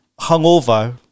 hungover